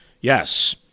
Yes